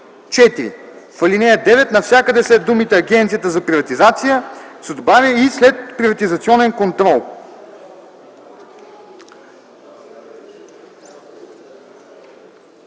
4. В ал. 9 навсякъде след думите „Агенцията за приватизация” се добавя „и следприватизационен контрол”.”